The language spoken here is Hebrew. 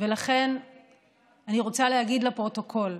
ולכן אני רוצה להגיד לפרוטוקול,